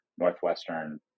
Northwestern